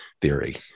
theory